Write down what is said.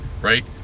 Right